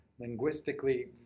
linguistically